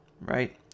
right